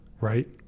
right